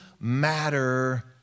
matter